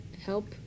help